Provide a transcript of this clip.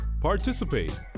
participate